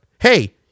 hey